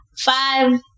five